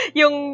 yung